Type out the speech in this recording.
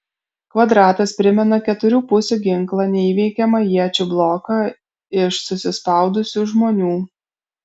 kvadratas primena keturių pusių ginklą neįveikiamą iečių bloką iš susispaudusių žmonių